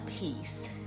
peace